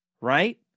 right